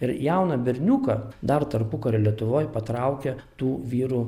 ir jauną berniuką dar tarpukario lietuvoj patraukė tų vyrų